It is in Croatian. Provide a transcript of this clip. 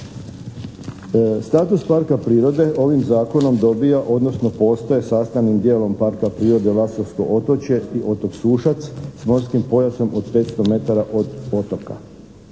Status parka prirode ovim zakonom dobija odnosno postaje sastavnim djelom Parka prirode "Lastovsko otočje" i otok Sušac s morskim pojasom od 500 metara od otoka.